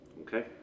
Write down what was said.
okay